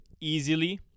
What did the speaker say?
easily